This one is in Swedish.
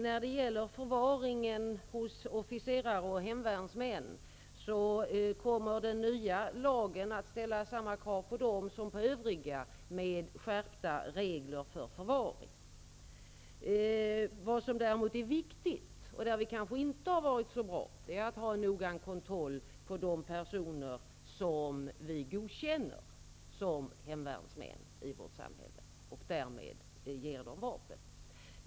När det gäller förvaring hos officerare och hemvärnsmän vill jag svara att den nya lagen med skärpta regler för förvaring kommer att ställa samma krav på dem som på övriga. Vad som däremot är viktigt -- på den punkten har vi kanske inte varit så bra -- är att göra en noggrann kontroll av de personer som vi godkänner som hemvärnsmän i vårt samhälle och därmed ger vapen.